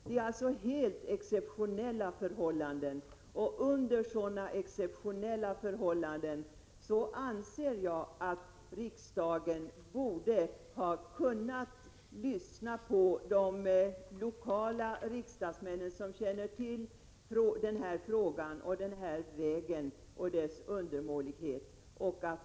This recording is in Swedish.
Det är, som sagt, helt exceptionella förhållanden, och under sådana omständigheter anser jag att riksdagen borde ha kunnat lyssna på de lokala riksdagsmännen som känner till frågan och som vet hur undermålig vägen är.